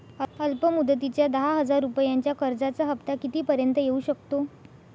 अल्प मुदतीच्या दहा हजार रुपयांच्या कर्जाचा हफ्ता किती पर्यंत येवू शकतो?